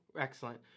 Excellent